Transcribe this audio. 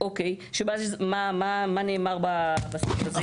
שמה נאמר שם?